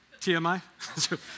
TMI